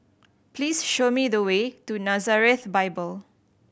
please show me the way to Nazareth Bible